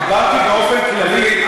דיברתי באופן כללי,